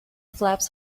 flaps